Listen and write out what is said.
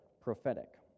prophetic